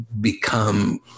become